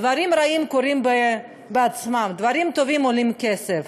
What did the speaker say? דברים רעים קורים בעצמם, דברים טובים עולים כסף.